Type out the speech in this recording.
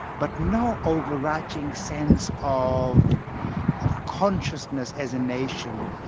but no overarching sense of of consciousness as a nation,